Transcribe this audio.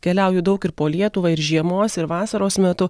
keliauju daug ir po lietuvą ir žiemos ir vasaros metu